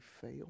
fail